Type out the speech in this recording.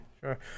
Sure